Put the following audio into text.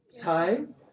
Time